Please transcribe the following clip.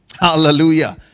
Hallelujah